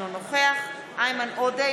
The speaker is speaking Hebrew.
אינו נוכח איימן עודה,